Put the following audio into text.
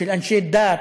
של אנשי דת,